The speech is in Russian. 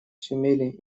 сумели